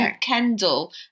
Kendall